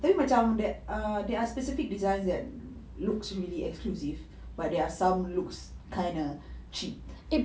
tapi macam there are specific designs that look really exclusive but there are some looks kind of cheap